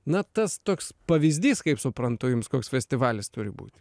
na tas toks pavyzdys kaip suprantu jums koks festivalis turi būti